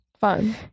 Fun